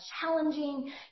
challenging